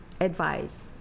advice